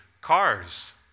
cars